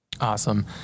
Awesome